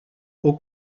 aux